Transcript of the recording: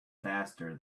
faster